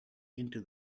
into